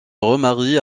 remarie